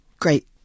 great